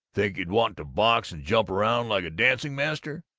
think you'd want to box and jump around like a dancing-master?